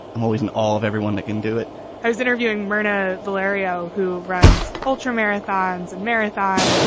i'm always an all of everyone that can do it i was interviewing myrna valerio, who runs ultramarathons and marathon.